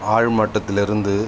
ஆழ்மட்டத்திலிருந்து